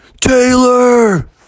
Taylor